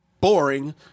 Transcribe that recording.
boring